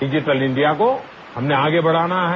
digital India को हमने आगे बढ़ाना है